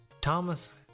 Thomas